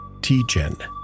TGen